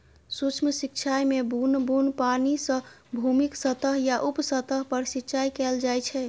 सूक्ष्म सिंचाइ मे बुन्न बुन्न पानि सं भूमिक सतह या उप सतह पर सिंचाइ कैल जाइ छै